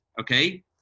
okay